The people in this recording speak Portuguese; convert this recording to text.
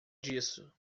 disso